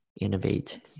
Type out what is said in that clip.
innovate